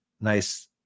nice